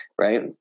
right